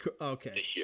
Okay